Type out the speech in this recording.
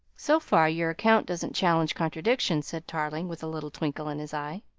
so far your account doesn't challenge contradiction, said tarling with a little twinkle in his eye.